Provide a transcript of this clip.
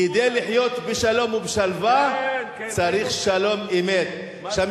כדי לחיות בשלום ובשלווה צריך שלום-אמת, כן, כן.